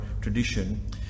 tradition